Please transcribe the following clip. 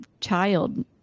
child